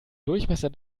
durchmesser